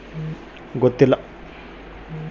ತಡವಾದ ಖಾರೇಫ್ ಅಧಿವೇಶನದಾಗ ಯಾವ ಬೆಳೆಗಳು ಬರ್ತಾವೆ?